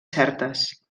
certes